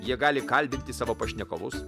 jie gali kalbinti savo pašnekovus